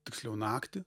tiksliau naktį